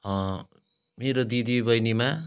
मेरो दिदी बैनीमा